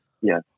Yes